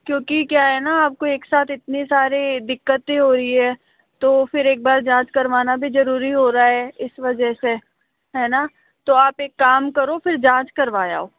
क्योंकि क्या है न आपको एक साथ इतनी सारी दिक्कतें हो रही है तो फिर एक बार जाँच करवाना भी ज़रूरी हो रहा है इस वजह से है न तो आप एक काम करो फिर जाँच करवा आओ